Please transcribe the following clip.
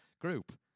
group